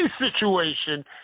situation